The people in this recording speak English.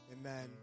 Amen